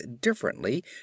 differently